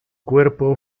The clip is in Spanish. cuerpo